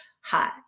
hi